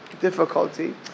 difficulty